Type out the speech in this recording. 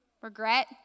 Regret